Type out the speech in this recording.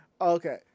Okay